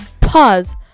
Pause